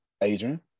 Adrian